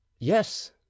yes